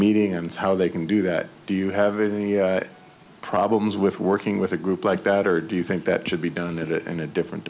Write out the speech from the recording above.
meeting arms how they can do that do you have problems with working with a group like that or do you think that should be done that in a different